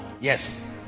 yes